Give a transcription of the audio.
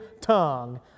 tongue